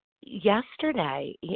yesterday